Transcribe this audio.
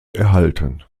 erhalten